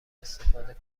استفاده